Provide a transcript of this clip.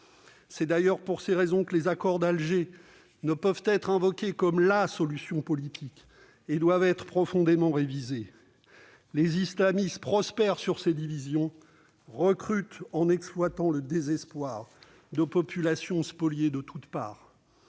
C'est d'ailleurs pourquoi les accords d'Alger ne peuvent être invoqués comme « la » solution politique et doivent être profondément révisés. Les islamistes prospèrent sur ces divisions, recrutent en exploitant le désespoir de populations spoliées de toute part.